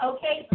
Okay